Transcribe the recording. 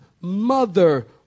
mother